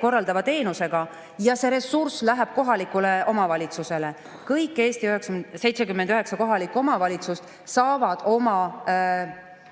korraldatava teenusega ja see ressurss läheb kohalikule omavalitsusele. Kõik Eesti 79 kohalikku omavalitsust saavad oma